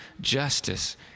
justice